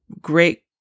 great